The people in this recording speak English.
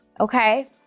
Okay